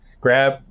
grab